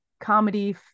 comedy